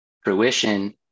fruition